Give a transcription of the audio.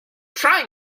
try